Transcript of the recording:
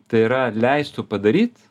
tai yra leistų padaryt